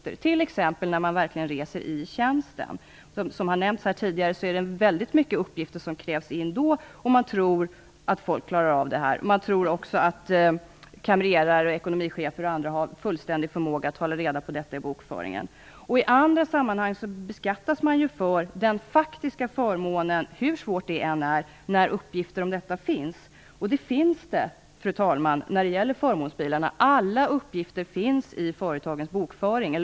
Så är det t.ex. när det gäller resor i tjänsten. Som tidigare har nämnts här är det väldigt många uppgifter som krävs in. Man tror att folk klarar av det och att kamrerer, ekonomichefer och andra har fullständig förmåga att hålla reda på detta i bokföringen. I andra sammanhang beskattas man ju för den faktiska förmånen, hur svårt det än är, när uppgifter om denna finns. När det gäller förmånsbilarna, fru talman, finns alla uppgifter i företagens bokföring.